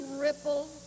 ripple